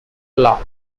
law